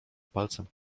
palcem